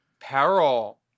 Peril